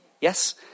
Yes